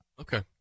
Okay